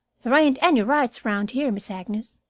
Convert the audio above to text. there ain't any wrights around here, miss agnes,